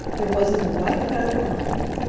there wasn't a white feather on him.